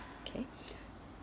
okay